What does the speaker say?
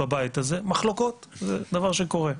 יש בבית הזה מחלוקות, דבר שקורה.